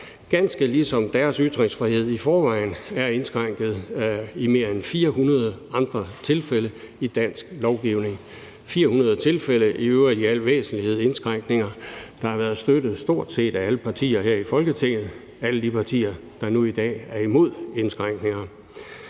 ganske ligesom deres ytringsfrihed i forvejen er indskrænket i mere end 400 andre tilfælde i dansk lovgivning. Der er tale om 400 tilfælde af indskrænkninger, der i øvrigt og i al væsentlighed har været støttet af stort set alle partier her i Folketinget, altså alle de partier, der nu i dag er imod indskrænkninger.